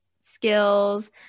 skills